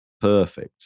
Perfect